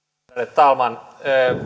talman